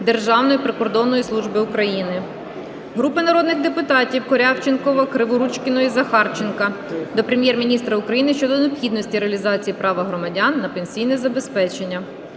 Державної прикордонної служби України. Групи народних депутатів (Корявченкова, Криворучкіної, Захарченка) до Прем'єр-міністра України щодо необхідності реалізації права громадян на пенсійне забезпечення.